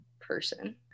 person